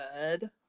good